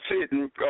sitting